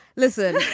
listen